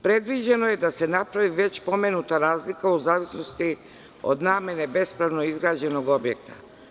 Predviđeno je da se napravi već pomenuta razlika u zavisnosti od namene bespravno izgrađenog objekta.